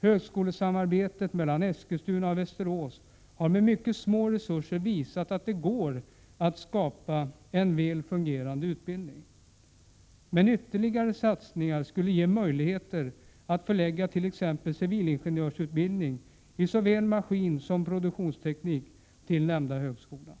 Högskolesamarbetet mellan Eskilstuna och Västerås har med mycket små resurser visat att det går att skapa en väl fungerande utbildning. Men ytterligare satsningar skulle ge möjlighet att förlägga t.ex. civilingenjörsutbildning i såväl maskinsom produktionsteknik till nämnda högskola.